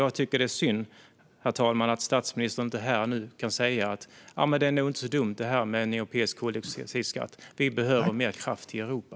Jag tycker att det är synd att statsministern inte här och nu kan säga: Det är nog inte så dumt med en europeisk koldioxidskatt. Vi behöver mer kraft i Europa.